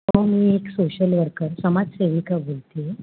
हो मी एक सोशल वर्कर समाजसेविका बोलते आहे